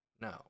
No